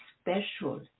special